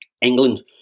England